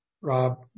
Rob